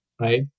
right